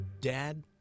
Dad